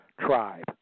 tribe